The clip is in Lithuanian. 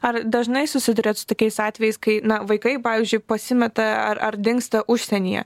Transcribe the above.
ar dažnai susiduriat su tokiais atvejais kai vaikai pavyzdžiui pasimeta ar ar dingsta užsienyje